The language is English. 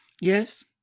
Yes